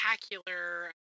spectacular